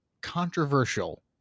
controversial